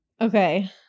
Okay